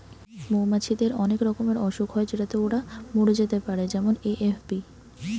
মৌমাছিদের অনেক রকমের অসুখ হয় যেটাতে ওরা মরে যেতে পারে যেমন এ.এফ.বি